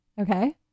Okay